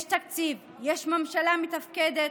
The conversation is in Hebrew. יש תקציב, יש ממשלה מתפקדת